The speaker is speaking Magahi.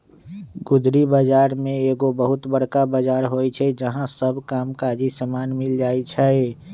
गुदरी बजार में एगो बहुत बरका बजार होइ छइ जहा सब काम काजी समान मिल जाइ छइ